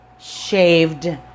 shaved